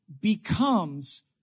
becomes